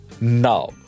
Now